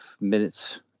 minutes